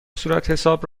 صورتحساب